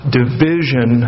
division